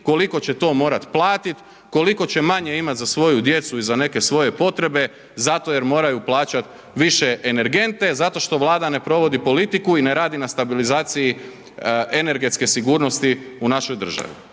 koliko će to morat platiti, koliko će manje imat za svoju djecu i za neke svoje potrebe zato jer moraju plaćat više energente zato što Vlada ne provodi politiku i ne radi na stabilizaciji energetske sigurnosti u našoj državi,